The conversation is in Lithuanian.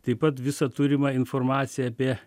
taip pat visą turimą informaciją apie